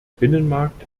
binnenmarkt